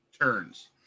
turns